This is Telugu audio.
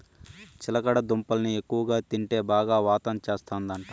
చిలకడ దుంపల్ని ఎక్కువగా తింటే బాగా వాతం చేస్తందట